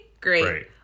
Great